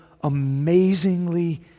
amazingly